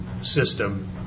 system